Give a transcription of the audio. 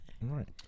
Right